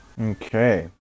Okay